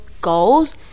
goals